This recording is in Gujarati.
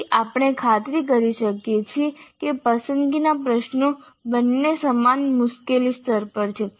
પછી આપણે ખાતરી કરી શકીએ છીએ કે પસંદગીના પ્રશ્નો બંને સમાન મુશ્કેલી સ્તર પર છે